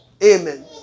Amen